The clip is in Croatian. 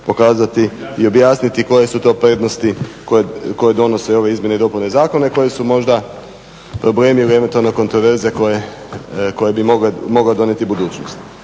i objasniti koje su to prednosti koje donose ove izmjene i dopune zakona i koji su možda problemi … kontroverze koja bi mogla donijeti budućnost.